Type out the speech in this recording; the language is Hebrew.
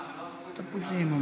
נשים?